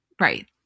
Right